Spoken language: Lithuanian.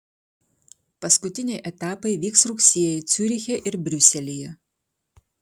paskutiniai etapai vyks rugsėjį ciuriche ir briuselyje